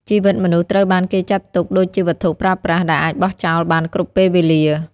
ជីវិតមនុស្សត្រូវបានគេចាត់ទុកដូចជាវត្ថុប្រើប្រាស់ ដែលអាចបោះចោលបានគ្រប់ពេលវេលា។